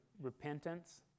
repentance